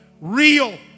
real